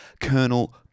Colonel